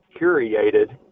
curated